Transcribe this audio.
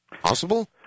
Possible